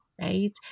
right